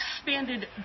expanded